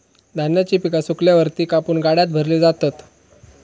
धान्याची पिका सुकल्यावर ती कापून गाड्यात भरली जातात